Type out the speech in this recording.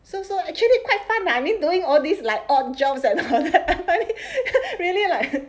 so so actually quite fun lah I mean doing all these like odd jobs and all that really like